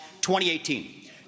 2018